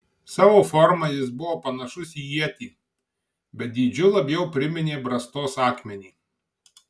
savo forma jis buvo panašus į ietį bet dydžiu labiau priminė brastos akmenį